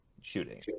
shooting